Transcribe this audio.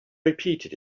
repeated